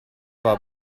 war